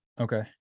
okay